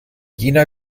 jena